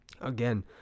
again